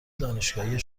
دانشگاهی